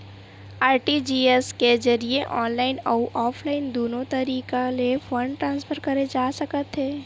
RTGS के जरिए online अउ ऑफलाइन दुनो तरीका ले फंड ट्रांसफर करे जा सकथे